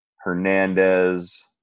Hernandez